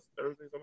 Thursday